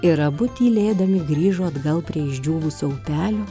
ir abu tylėdami grįžo atgal prie išdžiūvusio upelio